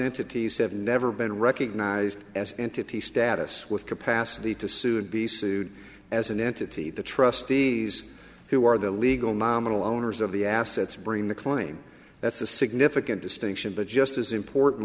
entities have never been recognised as entity status with capacity to sue and be sued as an entity the trustees who are the legal nominal owners of the assets bring the claim that's a significant distinction but just as important